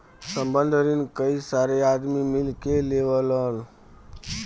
संबंद्ध रिन कई सारे आदमी मिल के लेवलन